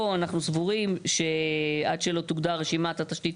אנחנו סבורים שעד שלא תוגדר רשימת התשתית,